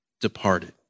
departed